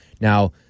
Now